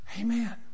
Amen